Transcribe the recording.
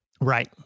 Right